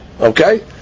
okay